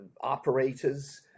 operators